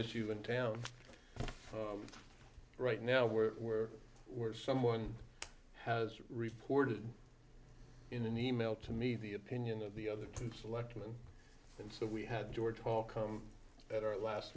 issue in town right now where where where someone has reported in an e mail to me the opinion of the other two selectman and so we had george hall come at our last